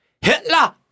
Hitler